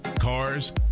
cars